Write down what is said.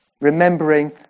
Remembering